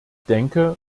denke